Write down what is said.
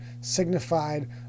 signified